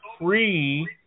free